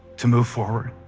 to move forward.